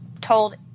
told